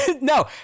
No